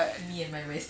but